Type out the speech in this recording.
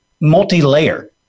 multi-layer